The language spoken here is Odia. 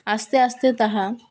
ଆସ୍ତେ ଆସ୍ତେ ତାହା